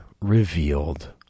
revealed